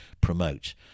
promote